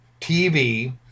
TV